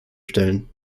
stellen